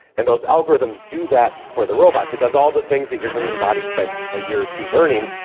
and those algorithms do that for the robots, it does all the things that your human body spent a year or two learning,